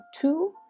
two